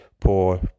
Poor